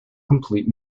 complete